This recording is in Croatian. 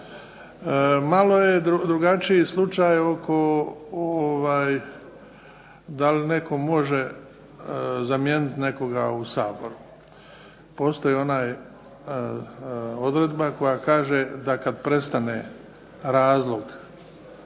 Malo je drugačiji slučaj oko dal' netko može zamijeniti nekoga u Saboru. Postoji ona odredba koja kaže da kad prestane razlog